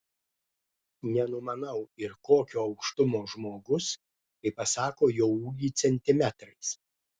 nenumanau ir kokio aukštumo žmogus kai pasako jo ūgį centimetrais